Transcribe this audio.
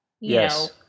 Yes